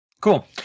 cool